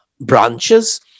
branches